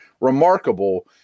remarkable